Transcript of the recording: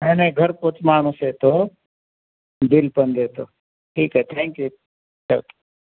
नाही नाही घरपोच माणूस येतो बिलपण देतो ठीक आहे थँक्यू